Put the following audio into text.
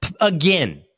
Again